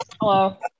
hello